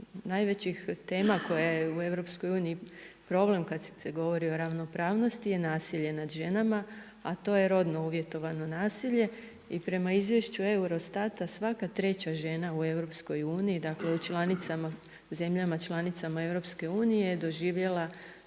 najvećih tema koja je u EU problem kad se govori o ravnopravnosti je nasilje nad ženama, a to je rodno uvjetovano nasilje i prema izvješću EUROSTAT-a, svaka treća žena u EU, dakle u zemljama članicama EU je doživjela